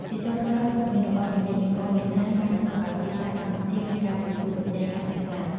ជាចុងក្រោយ វត្តមានរបស់ពាណិជ្ជករវៀតណាមបានធ្វើឱ្យទីផ្សារកម្ពុជាមានការប្រកួតប្រជែងកាន់តែខ្លាំង។